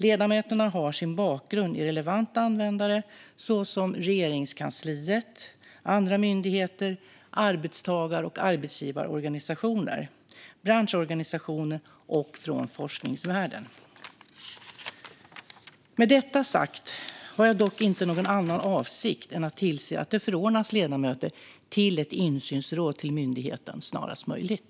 Ledamöterna har sin bakgrund i relevanta användare såsom Regeringskansliet, andra myndigheter, arbetstagar och arbetsgivarorganisationer, branschorganisationer och från forskningsvärlden. Med detta sagt har jag dock inte någon annan avsikt än att tillse att det förordnas ledamöter till ett insynsråd till myndigheten snarast möjligt.